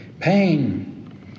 pain